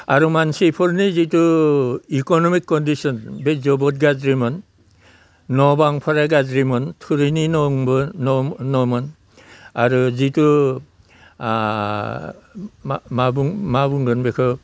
आरो मानसिफोरनि जितु इक'न'मिक कण्डिसन बे जोबोद गाज्रिमोन न' बांफोरा गाज्रिमोन थुरिनि न'मोन आरो जितु मा बुंगोन बेखौ